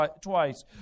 twice